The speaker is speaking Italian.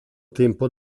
tempo